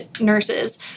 nurses